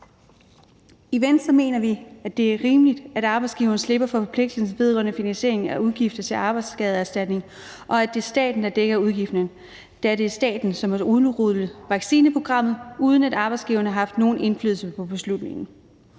I Venstre mener vi, at det er rimeligt, at arbejdsgiverne slipper for forpligtelsen vedrørende finansieringen af udgifter til arbejdsskadeerstatning, og at det er staten, der dækker udgiften, da det er staten, som har udrullet vaccineprogrammet, uden at arbejdsgiverne har haft nogen indflydelse på beslutningen.